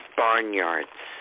barnyards